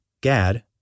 Gad